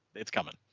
it's coming.